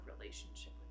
relationship